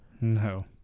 no